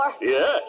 Yes